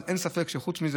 אבל אין ספק שחוץ מזה,